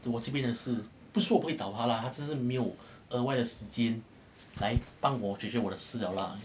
我这边的事不是说我不会找他啦只是他只是没有额外的时间来帮我解决我的事了啦